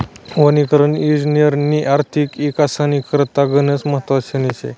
वनीकरण इजिनिअरिंगनी आर्थिक इकासना करता गनच महत्वनी शे